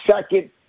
second